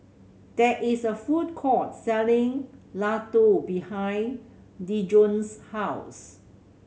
there is a food court selling Ladoo behind Dejon's house